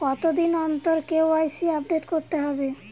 কতদিন অন্তর KYC update করতে হবে?